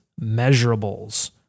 measurables